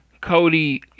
Cody